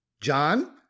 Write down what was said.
John